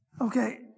Okay